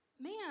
man